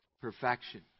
Perfection